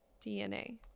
DNA